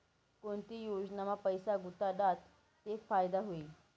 कोणती योजनामा पैसा गुताडात ते फायदा व्हई?